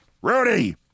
Rudy